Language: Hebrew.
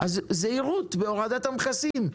אז זהירות בהורדת המכסים,